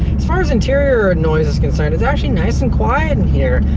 as far as interior noise is concerned, it's actually nice and quiet in here.